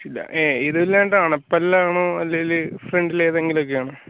കാണിച്ചില്ല ഇതിലേതാ അണപ്പല്ലാണോ അല്ലേൽ ഫ്രണ്ടിൽ ഏതെങ്കിലും ഒക്കെയാണോ